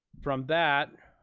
from that,